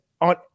on